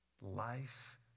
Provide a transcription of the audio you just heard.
life